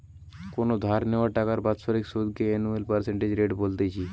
কোনো ধার নেওয়া টাকার বাৎসরিক সুধ কে অ্যানুয়াল পার্সেন্টেজ রেট বলতিছে